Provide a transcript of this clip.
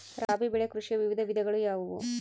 ರಾಬಿ ಬೆಳೆ ಕೃಷಿಯ ವಿವಿಧ ವಿಧಗಳು ಯಾವುವು?